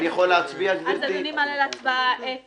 אדוני מעלה להצבעה את